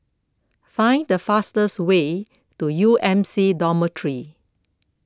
find the fastest way to U M C Dormitory